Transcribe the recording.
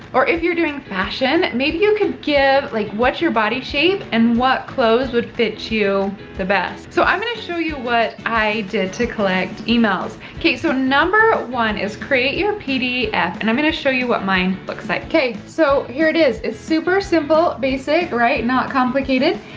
or if you're doing fashion, maybe you could give like, what's your body shape and what clothes would fit you the best. so, i'm going to show you what i did to collect emails. okay, so number one is create your pdf. and i'm going to show you what mine looks like. okay, so here it is, it's super simple, basic, right? not complicated.